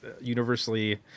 universally